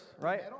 right